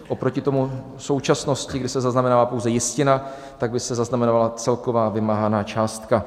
Oproti současnosti, kdy se zaznamenává pouze jistina, tak by se zaznamenala celková vymáhaná částka.